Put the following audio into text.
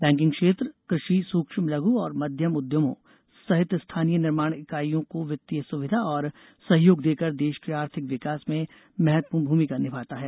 banking क्षेत्र कृषि सुक्ष्म लघ् और मध्यम उद्यमों सहित स्थानीय निर्माण इकाइयों को वित्तीय सुविधा और सहयोग देकर देश के आर्थिक विकास में महत्वपूर्ण भूमिका निभाता है